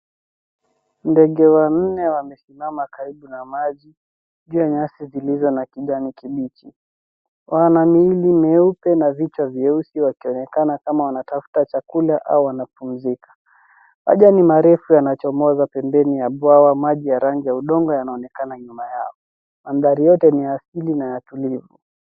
Ndege wanne wamesimama karibu na maji, juu ya nyasi zilizo na kijani kibichi. Wana miili mieupe na vichwa vyeusi, wakionekana kama wanatafuta chakula au wanapumzika. Majani marefu yanachomoza pembeni ya bwawa. Maji ya rangi ya udongo yanaonekana nyuma yao. Mandhari yote ni ya asili na ya tulivu.